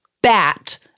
bat